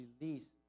release